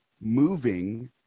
moving